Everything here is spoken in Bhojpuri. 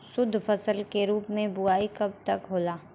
शुद्धफसल के रूप में बुआई कब तक होला?